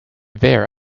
there